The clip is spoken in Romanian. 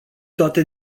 toate